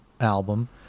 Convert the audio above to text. album